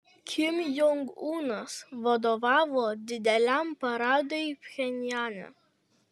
kim jong unas vadovavo dideliam paradui pchenjane